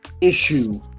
issue